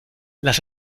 las